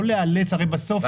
לא לאלץ הרי בסוף,